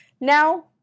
now